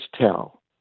tell